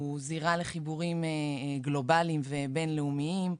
הספורט הוא זירה לחיבורים גלובליים ובין לאומיים,